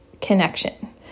connection